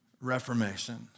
Reformation